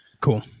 Cool